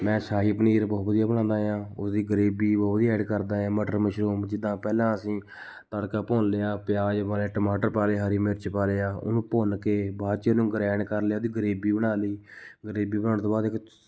ਮੈਂ ਸ਼ਾਹੀ ਪਨੀਰ ਬਹੁਤ ਵਧੀਆ ਬਣਾਉਂਦਾ ਹਾਂ ਉਸਦੀ ਗਰੇਵੀ ਬਹੁਤ ਵਧੀਆ ਐਡ ਕਰਦਾ ਹਾਂ ਮਟਰ ਮਸ਼ਰੂਮ ਜਿੱਦਾਂ ਪਹਿਲਾਂ ਅਸੀਂ ਤੜਕਾ ਭੁੰਨ ਲਿਆ ਪਿਆਜ਼ ਪਾ ਲਿਆ ਟਮਾਟਰ ਪਾ ਲਏ ਹਰੀ ਮਿਰਚ ਪਾ ਲਿਆ ਉਹਨੂੰ ਭੁੰਨ ਕੇ ਬਾਅਦ 'ਚ ਉਹਨੂੰ ਗਰੈਂਡ ਕਰ ਲਿਆ ਉਹਦੀ ਗਰੇਵੀ ਬਣਾ ਲਈ ਗਰੇਵੀ ਬਣਾਉਣ ਤੋਂ ਬਾਅਦ ਇੱਕ